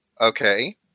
Okay